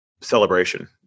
celebration